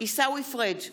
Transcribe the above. עיסאווי פריג'